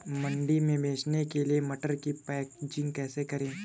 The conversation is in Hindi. मंडी में बेचने के लिए मटर की पैकेजिंग कैसे करें?